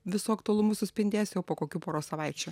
visu aktualumu suspindės jau po kokių poros savaičių